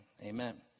amen